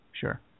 sure